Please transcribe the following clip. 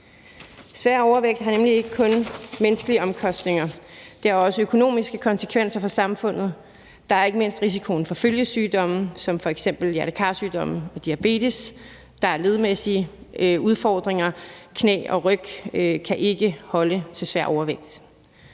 Svær overvægt har nemlig ikke kun menneskelige omkostninger. Det har også økonomiske konsekvenser for samfundet. Der er ikke mindst risikoen for følgesygdomme som f.eks. hjerte-kar-sygdomme og diabetes, og der er ledmæssige udfordringer – knæ og ryg kan ikke holde til svær overvægt.